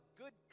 good